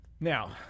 Now